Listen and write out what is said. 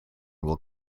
will